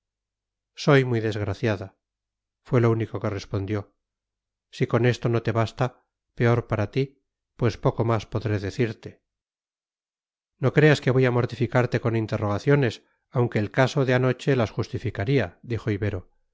soy muy desgraciada fue lo único que respondió si con esto no te basta peor para ti pues poco más podré decirte no creas que voy a mortificarte con interrogaciones aunque el caso de anoche las justificaría dijo ibero